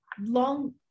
long